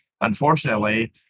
unfortunately